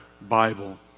Bible